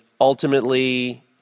ultimately